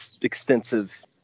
extensive